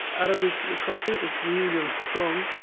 arabic coffee is really strong.